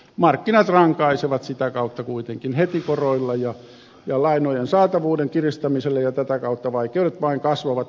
markkinat rankaisevat sitä kautta kuitenkin heti koroilla ja lainojen saatavuuden kiristämisellä ja tätä kautta vaikeudet vain kasvavat